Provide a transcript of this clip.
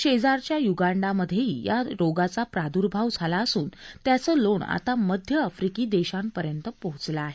शेजारच्या युगांडामध्येही या रोगाचा प्रादुर्भाव झाला असून त्यांचं लोण आता मध्य अफ्रीकी देशांपर्यंत पोहोचलं आहे